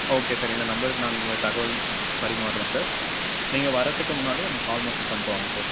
okay sir இந்த நம்பருக்கு நாங்கள் உங்களை தகவல் பரிமாறுறோம் சார் நீங்கள் வர்கிறத்துக்கு முன்னாடி எனக்கு கால் மட்டும் பண்ணிட்டு வாங்க சார்